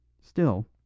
Still